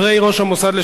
עברה בקריאה הראשונה,